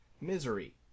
Misery